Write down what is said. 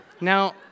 Now